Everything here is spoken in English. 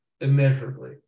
immeasurably